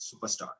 superstar